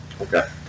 Okay